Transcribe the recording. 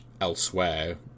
elsewhere